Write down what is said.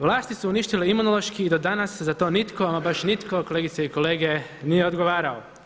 Vlasti su uništile Imunološki i do danas se za to nitko, ama baš nitko kolegice i kolege nije odgovarao.